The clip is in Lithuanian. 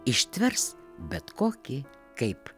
ištvers bet kokį kaip